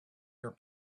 your